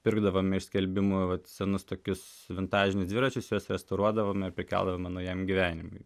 pirkdavome iš skelbimų vat senus tokius vintažinius dviračius juos restauruodavome prikeldavome naujam gyvenimui